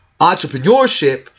Entrepreneurship